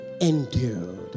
endured